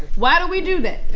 why do we do that?